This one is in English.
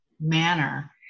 manner